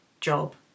job